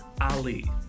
Ali